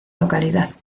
localidad